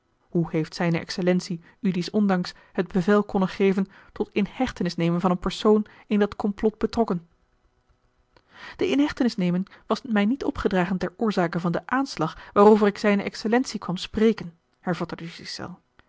hoe heeft zijne excellentie u dies ondanks het bevel konnen geven tot inhechtenisneming van een persoon in dat complot betrokken de inhechtenisneming was mij niet opgedragen ter oorzake van den aanslag waarover ik zijne excellentie kwam spreken hervatte de